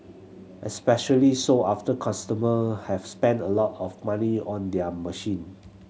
especially so after customer have spent a lot of money on their machine